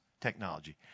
technology